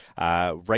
right